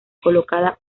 colocadas